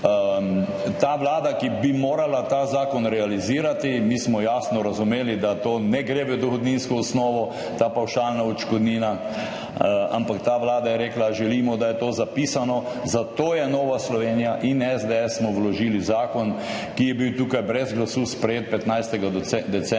Ta vlada, ki bi morala ta zakon realizirati – mi smo jasno razumeli, da to ne gre v dohodninsko osnovo, ta pavšalna odškodnina, ampak ta vlada – je rekla, želimo, da je to zapisano. Zato smo Nova Slovenija in SDS vložili zakon, ki je bil tukaj brez glasu sprejet 15. decembra